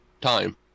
Time